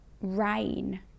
rain